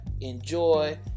enjoy